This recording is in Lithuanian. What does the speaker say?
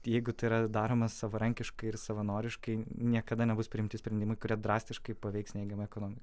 tai jeigu tai yra daroma savarankiškai ir savanoriškai niekada nebus priimti sprendimai kurie drastiškai paveiks neigiamai ekonomiką